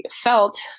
felt